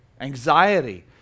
anxiety